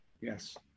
Yes